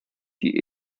die